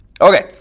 Okay